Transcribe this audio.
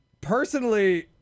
Personally